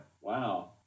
Wow